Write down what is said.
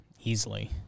easily